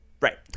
Right